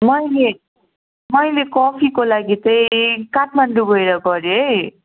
मैले मैले कफीको लागि चाहिँ काठमाडौँ गएर गरेँ है